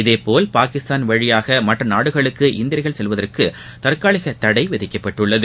இதேபோல பாகிஸ்தான் வழியாக மற்ற நாடுகளுக்கு இந்தியர்கள் செல்வதற்கு தற்காலிக தடை விதிக்கப்பட்டுள்ளது